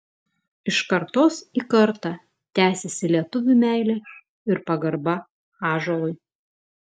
iš kartos į kartą tęsiasi lietuvių meilė ir pagarba ąžuolui